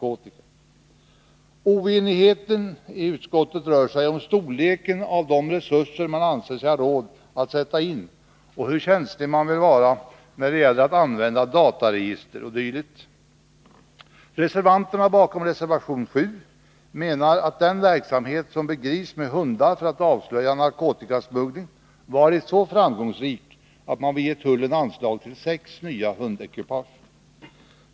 Oenigheten i utskottet rör sig om storleken av de resurser man anser sig ha råd att sätta in och hur känslig man vill vara när det gäller att använda dataregister o.d. Reservanterna bakom reservation 7 menar att den verksamhet som bedrivs med hundar för att avslöja narkotikasmuggling varit så framgångsrik att man bör ge tullen anslag till sex nya hundekipage.